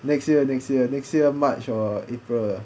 next year next year next year march or april lah